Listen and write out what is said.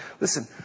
listen